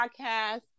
podcast